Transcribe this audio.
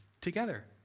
together